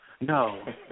No